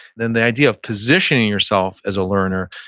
then the idea of positioning yourself as a learner,